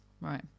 right